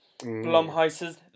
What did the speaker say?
Blumhouse's